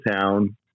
town